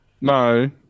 no